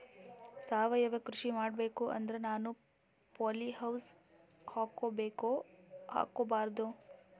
ಸಾವಯವ ಕೃಷಿ ಮಾಡಬೇಕು ಅಂದ್ರ ನಾನು ಪಾಲಿಹೌಸ್ ಹಾಕೋಬೇಕೊ ಹಾಕ್ಕೋಬಾರ್ದು?